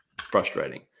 frustrating